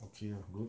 okay lah good